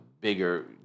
bigger